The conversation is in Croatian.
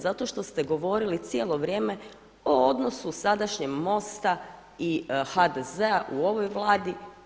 Zato što ste govorili cijelo vrijeme o odnosu sadašnjem Mosta i HDZ-a u ovoj Vladi.